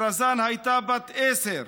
(אומר בערבית ומתרגם:) רזאן הייתה ילדה שיצרה את עתידה,